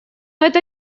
это